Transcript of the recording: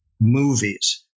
movies